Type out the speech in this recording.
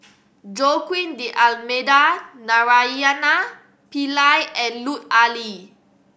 Joaquim D'Almeida Naraina Pillai and Lut Ali